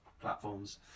platforms